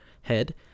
head